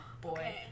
boy